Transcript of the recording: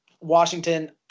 Washington